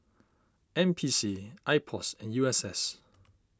N P C Ipos and U S S